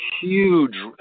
huge